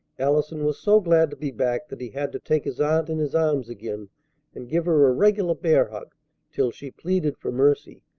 allison was so glad to be back that he had to take his aunt in his arms again and give her a regular bear-hug till she pleaded for mercy,